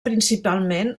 principalment